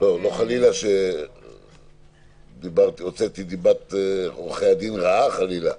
לא חלילה שהוצאתי דיבת עורכי הדין רעה, חלילה,